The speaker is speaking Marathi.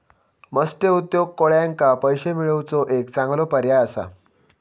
मत्स्य उद्योग कोळ्यांका पैशे मिळवुचो एक चांगलो पर्याय असा